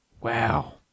Wow